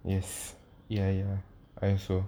yes ya ya I also